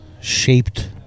shaped